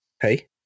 Hey